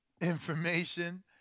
information